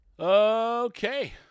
okay